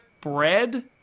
Bread